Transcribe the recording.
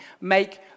make